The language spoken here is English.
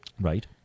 Right